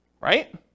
right